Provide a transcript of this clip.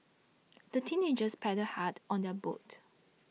the teenagers paddled hard on their boat